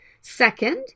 Second